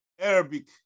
Arabic